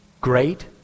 Great